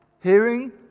hearing